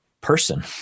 person